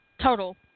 Total